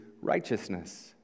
righteousness